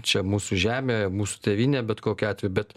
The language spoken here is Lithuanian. čia mūsų žemė mūsų tėvynė bet kokiu atveju bet